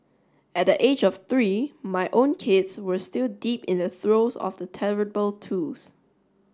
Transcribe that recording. at the age of three my own kids were still deep in the throes of the terrible twos